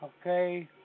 Okay